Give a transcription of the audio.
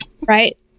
right